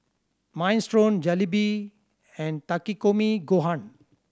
Minestrone Jalebi and Takikomi Gohan